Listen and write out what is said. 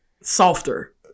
Softer